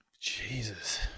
Jesus